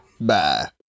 Bye